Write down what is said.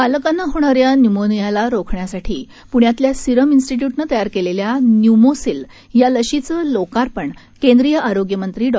बालकांना होणाऱ्या न्यूमोनियाला रोखण्यासाठी पुण्यातल्या सीरम इन्स्टिट्य्रूटनं तयार केलेल्या न्यूमोसिल या लशीचं लोकार्पण केंद्रीय आरोग्यमंत्री डॉ